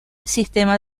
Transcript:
sistema